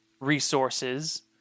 resources